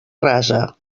rasa